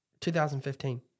2015